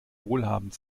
wohlhabend